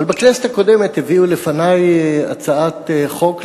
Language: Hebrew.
אבל בכנסת הקודמת הביאו לפני הצעת חוק,